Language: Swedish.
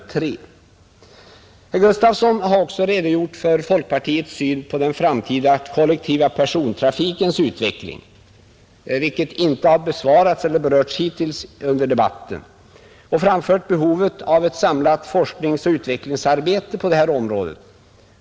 Herr Gustafson har också redogjort för folkpartiets syn på den framtida kollektiva persontrafikens utveckling, vilken inte har berörts hittills under debatten, och framfört behovet av ett samlat forskningsoch utvecklingsarbete på detta område.